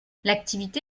l’activité